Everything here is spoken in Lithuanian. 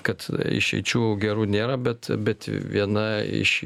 kad išeičių gerų nėra bet bet viena iš